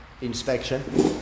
inspection